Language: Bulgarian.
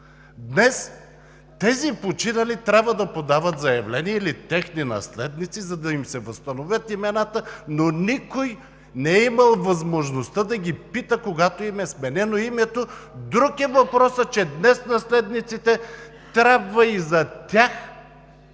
наследници трябва да подават заявление, за да им се възстановят имената, но никой не е имал възможността да ги пита, когато им е сменяно името. Друг е въпросът, че днес наследниците трябва да вадят